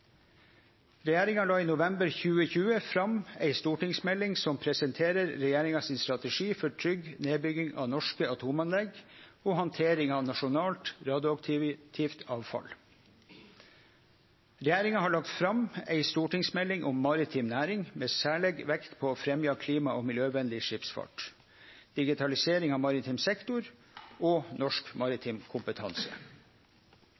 Regjeringa la i november 2020 fram ei stortingsmelding som presenterer regjeringa sin strategi for trygg nedbygging av norske atomanlegg og handtering av nasjonalt radioaktivt avfall. Regjeringa har lagt fram ei stortingsmelding om maritim næring med særleg vekt på å fremje klima- og miljøvennleg skipsfart, digitalisering av maritim sektor og norsk